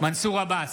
מנסור עבאס,